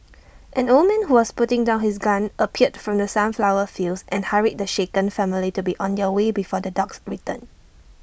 an old man who was putting down his gun appeared from the sunflower fields and hurried the shaken family to be on their way before the dogs return